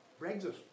Brexit